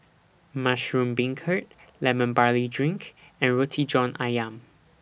Mushroom Beancurd Lemon Barley Drink and Roti John Ayam